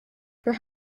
for